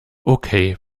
okay